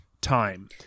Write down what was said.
time